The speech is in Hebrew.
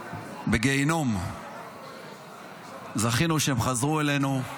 בגיהינום, זכינו שהן חזרו אלינו.